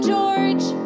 George